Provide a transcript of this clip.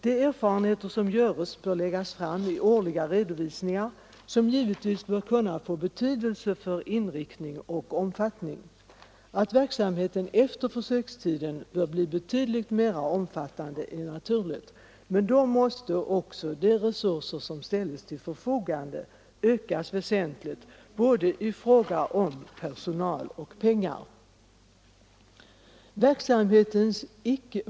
De erfarenheter som görs bör läggas fram i årliga redovisningar, som givetvis bör kunna få betydelse för verksamhetens inriktning och omfattning. Att verksamheten efter försökstiden bör bli betydligt mer omfattande är naturligt, men då måste också de resurser som ställs till förfogande ökas väsentligt både i fråga om personal och när det gäller pengar.